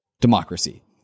democracy